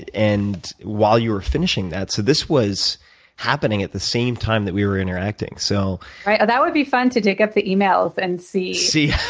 and while you were finishing that. so this was happening at the same time that we were interacting. so that would be fun, to dig up the emails and see see